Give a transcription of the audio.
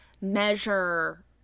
measure